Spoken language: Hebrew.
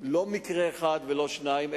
לא מקרה אחד ולא שניים,